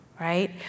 right